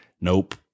nope